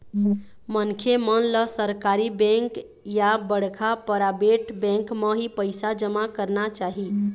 मनखे मन ल सरकारी बेंक या बड़का पराबेट बेंक म ही पइसा जमा करना चाही